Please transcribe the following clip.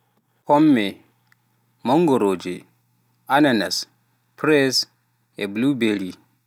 Pomme, Mangoroje, Ananas, Fraise, Bluberry